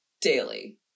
daily